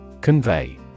Convey